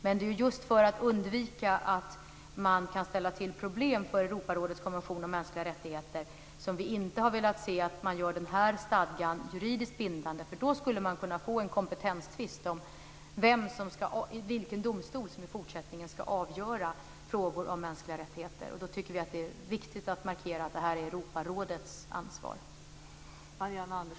Men det är just för att undvika problem när det gäller Europarådets konvention om mänskliga rättigheter som vi inte har velat se att man gör denna stadga juridiskt bindande, för då skulle man kunna få en kompetenstvist om vilken domstol som i fortsättningen ska avgöra frågor om mänskliga rättigheter. Då tycker vi att det är viktigt att markera att detta är